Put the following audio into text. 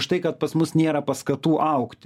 štai kad pas mus nėra paskatų augt